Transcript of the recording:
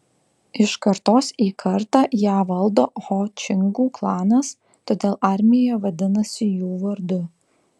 iš kartos į kartą ją valdo ho čingų klanas todėl armija vadinasi jų vardu